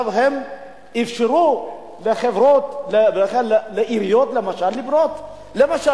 הם אפשרו לחברות, לעיריות למשל, לבנות.